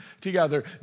together